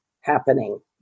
happening